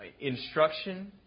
instruction